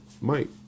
Mike